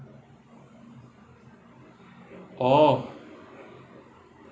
orh